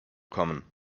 common